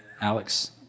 Alex